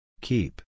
Keep